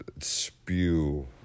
spew